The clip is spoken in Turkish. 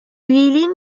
üyeliğin